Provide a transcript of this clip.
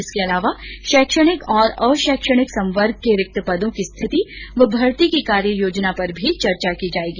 इसके अलावा शैक्षणिक और अशैक्षणिक संवर्ग के रिक्त पदों की स्थिति व भर्ती की कार्य योजना पर भी चर्चा की जायेगी